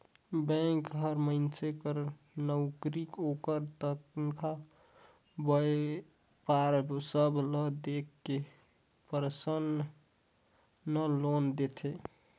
bank हर मइनसे कर नउकरी, ओकर तनखा, बयपार सब ल देख के परसनल लोन देथे